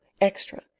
extra